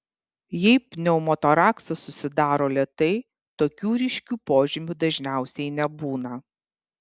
jei pneumotoraksas susidaro lėtai tokių ryškių požymių dažniausiai nebūna